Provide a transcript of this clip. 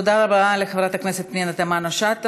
תודה לחברת הכנסת פנינה תמנו-שטה.